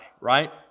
right